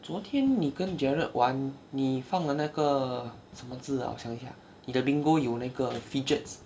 昨天你跟 gerald 玩你放的那个什么字 ah 我想一下你的 bingo 有那个 fidget